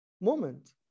moment